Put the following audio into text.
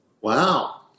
Wow